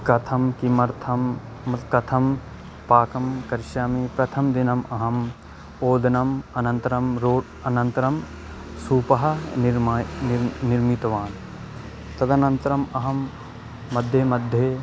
कथं किमर्थं कथं पाकं करिष्यामि प्रथमदिनं अहम् ओदनम् अनन्तरं रोट् अनन्तरं सूपः निर्माय निर्म् निर्मितवान् तदनन्तरम् अहं मध्ये मध्ये